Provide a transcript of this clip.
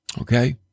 Okay